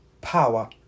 power